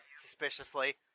suspiciously